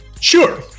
Sure